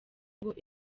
ngo